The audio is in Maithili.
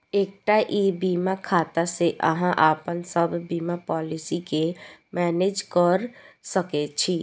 एकटा ई बीमा खाता सं अहां अपन सब बीमा पॉलिसी कें मैनेज कैर सकै छी